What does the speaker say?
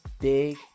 big